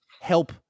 help